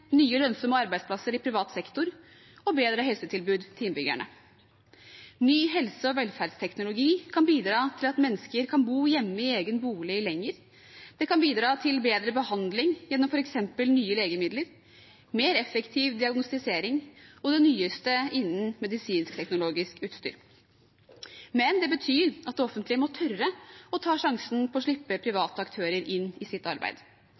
nye lønnsomme arbeidsplasser i privat sektor og bedre helsetilbud til innbyggerne. Ny helse- og velferdsteknologi kan bidra til at mennesker kan bo hjemme i egen bolig lenger. Det kan bidra til bedre behandling gjennom f.eks. nye legemidler, mer effektiv diagnostisering og det nyeste innen medisinsk-teknologisk utstyr. Men det betyr at det offentlige må tørre å ta sjansen på å slippe private aktører inn i sitt arbeid,